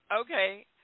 Okay